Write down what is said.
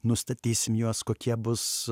nustatysim juos kokie bus